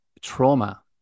trauma